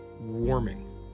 warming